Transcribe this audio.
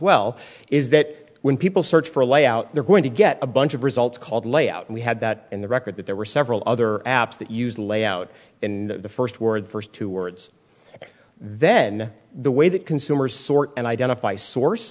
well is that when people search for a layout they're going to get a bunch of results called layout and we had that in the record that there were several other apps that use layout in the first word first two words then the way that consumers sort and identify source